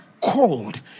cold